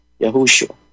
Yahushua